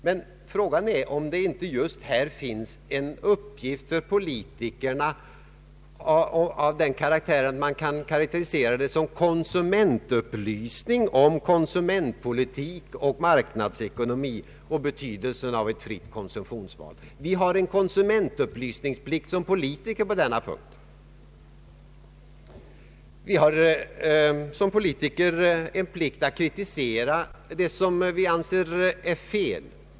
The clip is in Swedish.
Men frågan är om det inte just här finns en uppgift för politikerna som man kan karakterisera som konsumentupplysning om konsumentpolitik och marknadsekonomi och betydelsen av ett fritt konsumtionsval. Vi har som politiker en plikt att kri tisera det som vi anser fel.